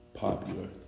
Popular